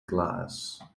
glass